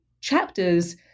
chapters